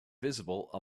visible